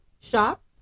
shop